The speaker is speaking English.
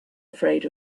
afraid